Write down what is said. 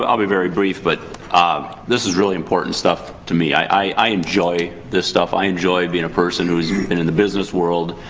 um i'll be very brief. but um this is really important stuff to me. i enjoy this stuff. i enjoy being a person who's in in the business world.